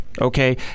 okay